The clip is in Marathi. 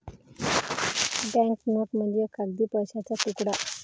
बँक नोट म्हणजे कागदी पैशाचा तुकडा